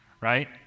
right